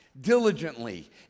diligently